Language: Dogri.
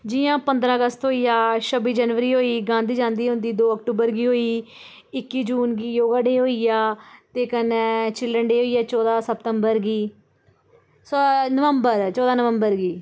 जि'यां पंदरां अगस्त होइया छब्बी जनवरी होई गांधी जयंती होंदी दो अक्टूबर गी होई इक्की जून गी योगा डे होइया ते कन्नै चिल्ड्रन डे होइया चौदां सितंबर गी अ नंवबर चौदां नंवबर गी